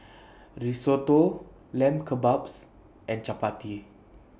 Risotto Lamb Kebabs and Chapati